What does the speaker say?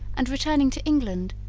and returning to england,